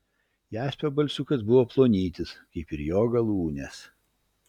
jaspio balsiukas buvo plonytis kaip ir jo galūnės